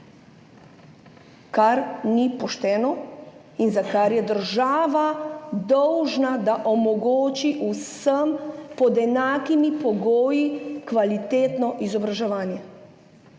kar ni pošteno in za kar je država dolžna, da omogoči vsem pod enakimi pogoji kvalitetno izobraževanje.